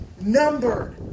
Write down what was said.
numbered